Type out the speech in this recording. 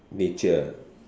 nature